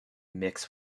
mix